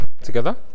together